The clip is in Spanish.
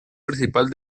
principal